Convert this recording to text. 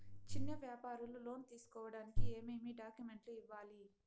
చిన్న వ్యాపారులు లోను తీసుకోడానికి ఏమేమి డాక్యుమెంట్లు ఇవ్వాలి?